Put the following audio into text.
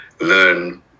learn